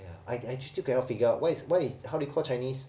ya I I still cannot figure out what is what is how do you call chinese